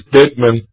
statement